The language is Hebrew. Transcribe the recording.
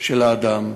של אדם.